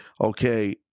okay